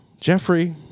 Jeffrey